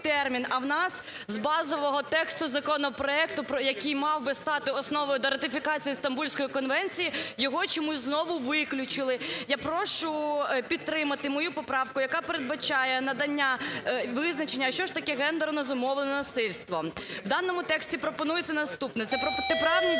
А у нас з базового тексту законопроекту, який мав би стати основою до ратифікації Стамбульської конвенції, його чомусь знову виключили. Я прошу підтримати мою поправку, яка передбачає надання визначення, а що ж таке "гендерно зумовлене насильство". У даному тексті пропонується наступне: "це протиправні діяння